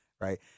right